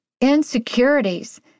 insecurities